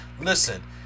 listen